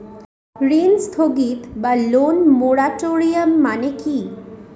ঋণ স্থগিত বা লোন মোরাটোরিয়াম মানে কি?